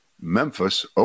Memphis